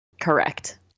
Correct